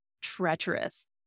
treacherous